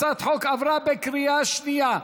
הצעת החוק עברה בקריאה שנייה.